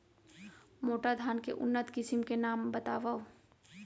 मोटा धान के उन्नत किसिम के नाम बतावव?